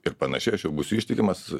ir panašiai aš jau būsiu ištikimas